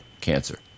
cancer